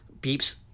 beeps